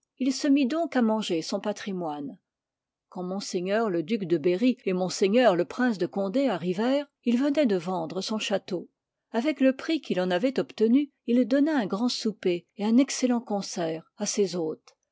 il se mit donc à manger son patrimoine quand m le duc de berry et më le prince de condé arrivèrent il venoit de vendre son château avec le prix qu'il en avoit obtenu il donna un grand souper et un excellent concert à ses hôtes